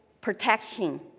protection